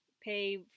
pay